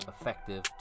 effective